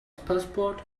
passport